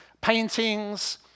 paintings